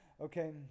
okay